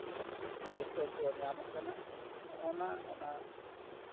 ᱥᱤᱨᱯᱟᱹ ᱠᱚ ᱧᱟᱢ ᱠᱟᱱᱟ ᱱᱚᱜᱼᱚ ᱱᱟ ᱚᱱᱟ